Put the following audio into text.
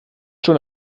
schon